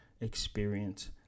experience